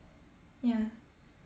ya